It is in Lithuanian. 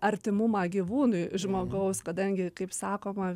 artimumą gyvūnui žmogaus kadangi kaip sakoma